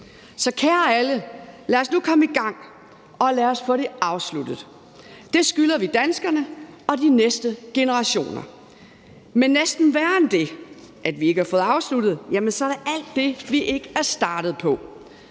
Så kære alle, lad os nu komme i gang, og lad os få det afsluttet. Det skylder vi danskerne og de næste generationer. Men næsten værre end det, altså at vi ikke har fået afsluttet, er, at der er alt det, vi ikke er startet på: